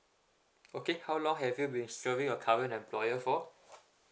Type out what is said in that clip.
okay how long have you been serving your current employer for